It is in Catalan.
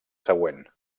següent